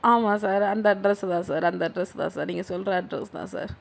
ஆமாம் சார் அந்த அட்ரஸ் தான் சார் அந்த அட்ரஸ் தான் சார் நீங்கள் சொல்கிற அட்ரஸ் தான் சார்